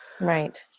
right